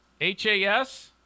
H-A-S